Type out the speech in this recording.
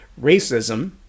Racism